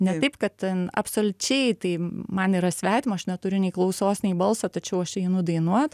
ne taip kad ten absoliučiai tai man yra svetima aš neturiu nei klausos nei balso tačiau aš einu dainuot